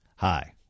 Hi